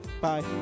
Bye